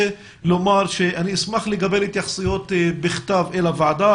אני אשמח לקבל התייחסויות בכתב אל הוועדה.